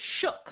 shook